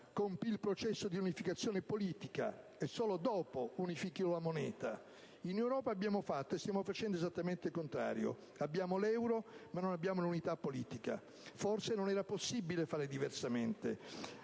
compì il processo di unificazione politica e solo dopo unificò la moneta. In Europa abbiamo fatto e stiamo facendo esattamente il contrario. Abbiamo l'euro ma non abbiamo l'unità politica. Forse non era possibile fare diversamente.